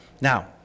now